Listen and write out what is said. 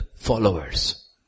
followers